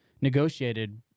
negotiated